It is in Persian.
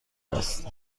است